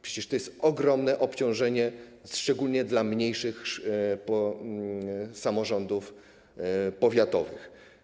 Przecież to jest ogromne obciążenie, szczególnie dla mniejszych samorządów powiatowych.